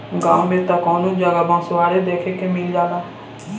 गांव में त कवनो जगह बँसवारी देखे के मिल जाला